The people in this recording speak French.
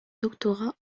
doctorat